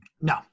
No